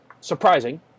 surprising